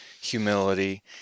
humility